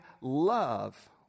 love